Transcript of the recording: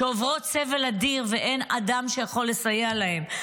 שעוברות סבל אדיר ואין אדם שיכול לסייע להן,